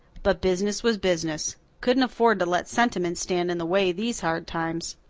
but business was business couldn't afford to let sentiment stand in the way these hard times.